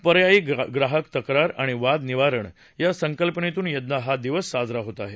पर्यायी ग्राहक तक्रार आणि वाद निवारण या संकपनेतून यंदा हा दिवस साजरा होत आहे